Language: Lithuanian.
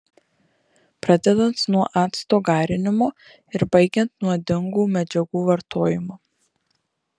pradedant nuo acto garinimo ir baigiant nuodingų medžiagų vartojimu